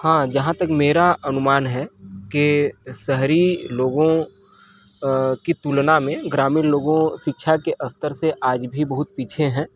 हाँ जहाँ तक मेरा अनुमान है की शहरी लोगों अ की तुलना में ग्रामीण लोगों शिक्षा के स्तर से आज भी बहुत पीछे हैं